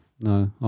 No